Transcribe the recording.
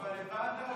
אבל הבעת אותה